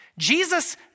Jesus